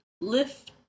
lift